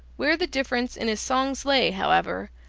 where the difference in his songs lay, however,